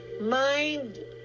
mind